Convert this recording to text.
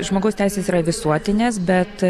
žmogaus teisės yra visuotinės bet